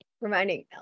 Reminding